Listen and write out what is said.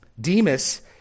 Demas